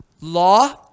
Law